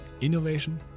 innovation